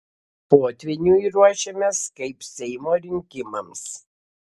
potvyniui ruošiamės kaip seimo rinkimams